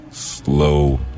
slow